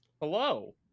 Hello